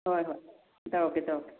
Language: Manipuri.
ꯍꯣꯏ ꯍꯣꯏ ꯇꯧꯔꯛꯀꯦ ꯇꯧꯔꯛꯀꯦ